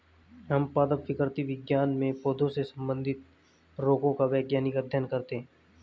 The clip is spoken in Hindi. हम पादप विकृति विज्ञान में पौधों से संबंधित रोगों का वैज्ञानिक अध्ययन करते हैं